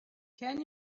can